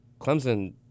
Clemson